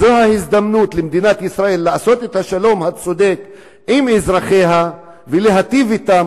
זאת ההזדמנות למדינת ישראל לעשות את השלום הצודק עם אזרחיה ולהיטיב אתם,